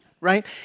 right